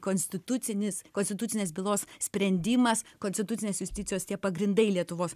konstitucinis konstitucinės bylos sprendimas konstitucinės justicijos tie pagrindai lietuvos